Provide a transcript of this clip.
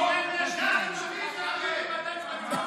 איך אתה יושב פה?